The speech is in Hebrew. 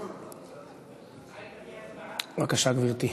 בבקשה, גברתי.